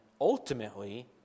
ultimately